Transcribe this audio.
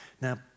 Now